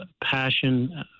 passion